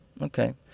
Okay